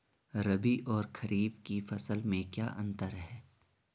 रबी और खरीफ की फसल में क्या अंतर है?